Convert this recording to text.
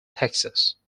texas